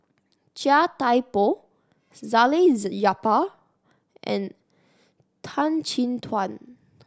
Chia Thye Poh Salleh Japar and Tan Chin Tuan